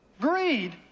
greed